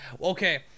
Okay